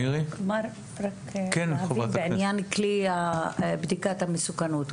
לעניין כלי בדיקת המסוכנות.